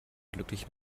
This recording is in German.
glücklich